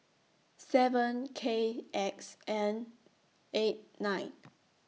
seven K X N eight nine